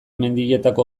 mendietako